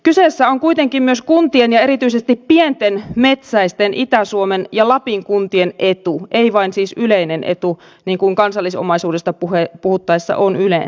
kyseessä on kuitenkin myös kuntien ja erityisesti pienten metsäisten itä suomen ja lapin kuntien etu ei vain siis yleinen etu niin kuin kansallisomaisuudesta puhuttaessa on yleensä